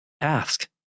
ask